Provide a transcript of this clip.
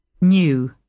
New